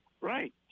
Right